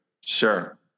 Sure